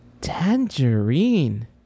Tangerine